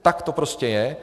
Tak to prostě je.